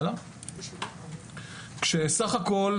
בסך הכל,